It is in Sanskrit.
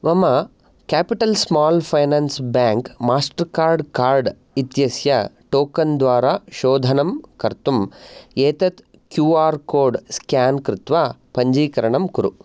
मम capital small finance bank Mastercard card इत्यस्य टोकन् द्वारा शोधनं कर्तुम् एतत् क्यू आर् कोड् स्केन् कृत्वा पञ्जीकरणं कुरु